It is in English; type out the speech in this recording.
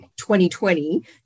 2020